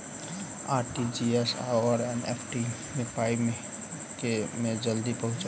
RTGS आओर NEFT मे पाई केँ मे जल्दी पहुँचत?